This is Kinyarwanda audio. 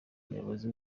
umuyobozi